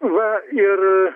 va ir